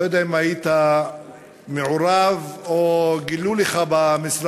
לא יודע אם היית מעורב או שגילו לך במשרד,